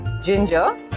Ginger